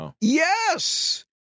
Yes